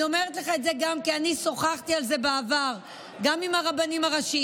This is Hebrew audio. אני אומרת לך את זה גם כי אני שוחחתי על זה בעבר גם עם הרבנים הראשיים,